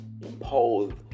imposed